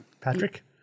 Patrick